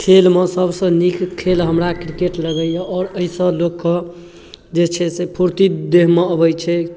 खेलमे सभसँ नीक खेल हमरा क्रिकेट लगैए आओर एहिसँ लोकके जे छै से फुर्ती देहमे अबै छै